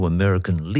American